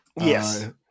Yes